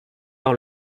par